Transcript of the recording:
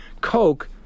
Coke